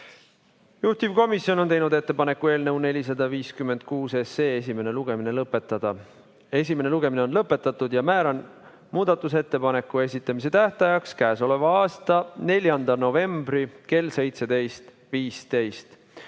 Juhtivkomisjon on teinud ettepaneku eelnõu 456 esimene lugemine lõpetada. Esimene lugemine on lõpetatud ja määran muudatusettepanekute esitamise tähtajaks k.a 4. novembri kell 17.15.Tänane